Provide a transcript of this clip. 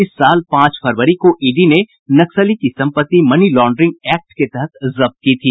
इस साल पांच फरवरी को ईडी ने नक्सली की संपत्ति मनी लांड्रिंग एक्ट के तहत जब्त की थी